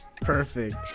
Perfect